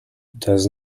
does